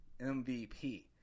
MVP